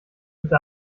bitte